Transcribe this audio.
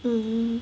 mmhmm